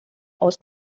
aus